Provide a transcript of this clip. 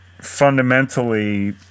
fundamentally